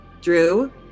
Drew